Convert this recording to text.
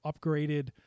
upgraded